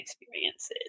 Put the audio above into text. experiences